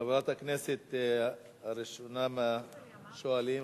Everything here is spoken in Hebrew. חברת הכנסת הראשונה מהשואלים,